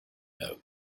note